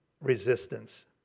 resistance